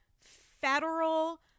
federal